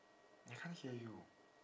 I can't hear you